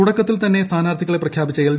തുടക്കത്തിൽ തന്നെ സ്ഥാനാർഥികളെ പ്രഖ്യാപിച്ച എൽ